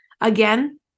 Again